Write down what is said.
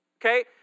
okay